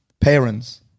parents